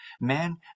man